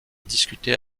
discuter